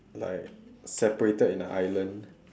like separated in a island